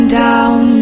down